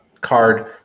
card